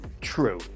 true